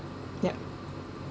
yup